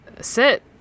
Sit